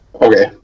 Okay